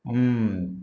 ம்